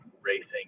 racing